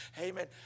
Amen